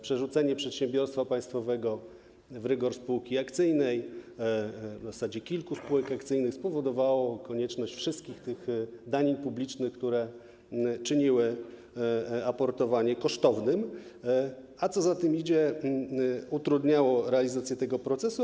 Przerzucenie przedsiębiorstwa państwowego w rygor spółki akcyjnej, a w zasadzie kilku spółek akcyjnych, spowodowało konieczność płacenia wszystkich tych danin publicznych, które czyniły aportowanie kosztownym, a co za tym idzie - utrudniało realizację tego procesu.